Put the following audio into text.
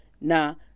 now